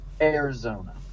Arizona